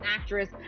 actress